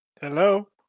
Hello